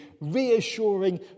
reassuring